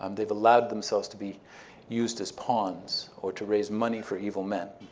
um they've allowed themselves to be used as pawns or to raise money for evil men,